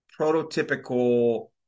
prototypical